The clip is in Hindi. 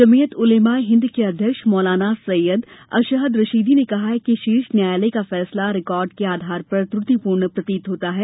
जमीयत उलेमा ए हिन्द के अध्यक्ष मौलाना सैयद अशहद रशीदी ने कहा कि शीर्ष न्यायालय का फैसला रिकार्ड के आधार पर त्रुटिपूर्ण प्रतीत होता है